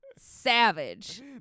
Savage